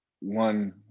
one